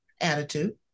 attitude